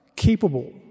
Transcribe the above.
capable